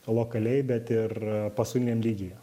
lokaliai bet ir pasauliniam lygyje